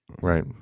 Right